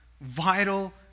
vital